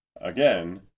Again